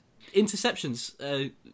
interceptions